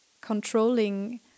controlling